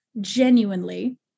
genuinely